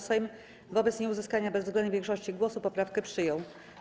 Sejm wobec nieuzyskania bezwzględnej większości głosów poprawkę przyjął.